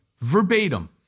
verbatim